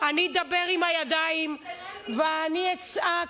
אל תדברי, אני אדבר עם הידיים ואני אצעק,